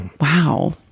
Wow